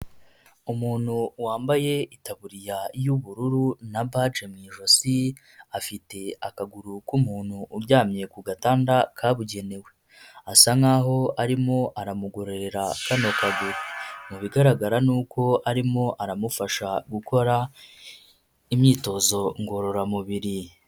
Umuntu wambaye itaburiya y'ubururu na baje mu ijosi, afite akaguru k'umuntu uryamye ku gatanda kabugenewe, asa nkaho arimo aramugororera kano kaguru, mu bigaragara nuko arimo aramufasha gukora imyitozo ngororamubiri.